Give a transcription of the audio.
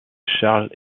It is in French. charles